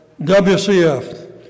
WCF